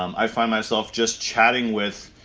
um i find myself just chatting with,